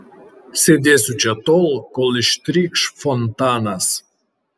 sėdėsiu čia tol kol ištrykš fontanas